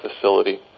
facility